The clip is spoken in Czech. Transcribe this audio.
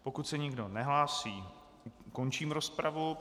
Pokud se nikdo nehlásí, končím rozpravu.